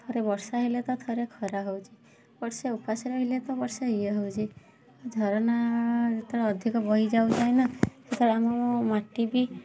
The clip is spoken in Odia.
ଥରେ ବର୍ଷା ହେଲେ ତ ଥରେ ଖରା ହଉଛି ବର୍ଷେ ଉପାସେ ରହିଲେ ତ ବର୍ଷେ ଇଏ ହଉଛି ଝରଣା ଯେତେବେଳେ ଅଧିକା ବହିଯାଉଥାଏ ନା ସେତେବେଳେ ଆମ ମାଟି ବି